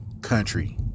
country